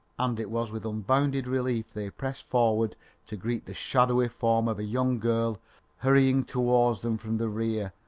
and it was with unbounded relief they pressed forward to greet the shadowy form of a young girl hurrying towards them from the rear,